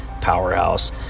powerhouse